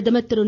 பிரதமர் திரு